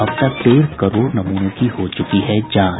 अब तक डेढ़ करोड़ नमूनों की हो चुकी है जांच